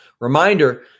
Reminder